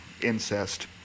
incest